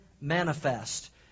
manifest